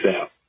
out